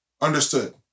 understood